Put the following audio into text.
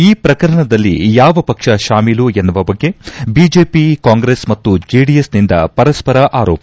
ಈ ಪ್ರಕರಣದಲ್ಲಿ ಯಾವ ಪಕ್ಷ ಶಾಮೀಲು ಎನ್ನುವ ಬಗ್ಗೆ ಬಿಜೆಪಿ ಕಾಂಗ್ರೆಸ್ ಮತ್ತು ಜೆಡಿಎಸ್ ಪರಸ್ವರ ಆರೋಪ